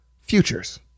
futures